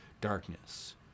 darkness